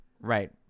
Right